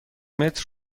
متر